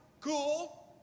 Cool